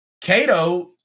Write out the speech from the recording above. Cato